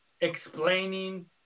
explaining